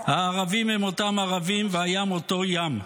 הערבים הם אותם ערבים, והים אותו ים.